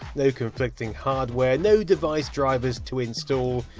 no conflicting hardware, no device drivers to install,